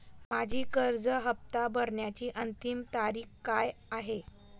माझी कर्ज हफ्ता भरण्याची अंतिम तारीख काय आहे?